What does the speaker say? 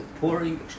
pouring